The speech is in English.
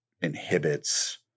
inhibits